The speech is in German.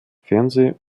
fernseh